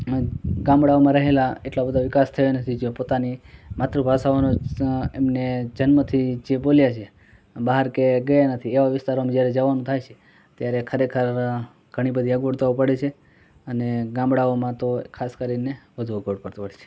અં ગામડાઓમાં રહેલાં એટલો બધો વિકાસ થયો નથી જે પોતાની માતૃભાષાઓને જ સ એમને જન્મથી જે બોલ્યા છે બહાર ક્યાંય ગયા નથી એવા વિસ્તારોમાં જ્યારે જવાનું થાય છે ત્યારે ખરેખર ઘણી બધી અગવડતાઓ પડે છે અને ગામડાઓમાં તો ખાસ કરીને વધુ અગવડ પડતું હોય છે